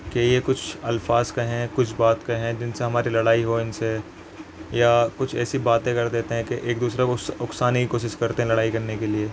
کہ یہ کچھ الفاظ کہیں کچھ بات کہیں جن سے ہماری لڑائی ہو ان سے یا کچھ ایسی باتیں کر دیتے ہیں کہ ایک دوسرے کو اکسانے کی کوشش کرتے ہیں لڑائی کرنے کے لیے